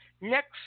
Next